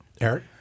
Eric